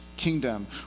Kingdom